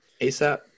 ASAP